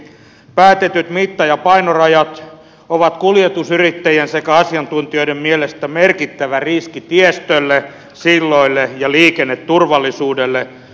päätetyt mitta ja painorajat ovat kuljetusyrittäjien sekä asiantuntijoiden mielestä merkittävä riski tiestölle silloille ja liikenneturvallisuudelle